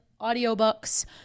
audiobooks